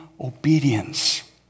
obedience